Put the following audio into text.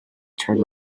turn